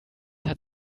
hat